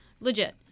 Legit